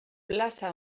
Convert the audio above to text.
plaza